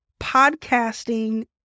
podcasting